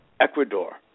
Ecuador